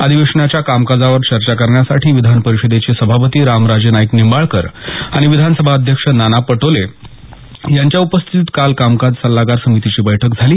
अधिवेशनाच्या कामकाजावर चर्चा करण्यासाठी विधान परिषदेचे सभापती रामराजे नाईक निंबाळकर आणि विधानसभा अध्यक्ष नाना पटोले यांच्या उपस्थितीत काल कामकाज सल्लागार समितीची बैठक झाली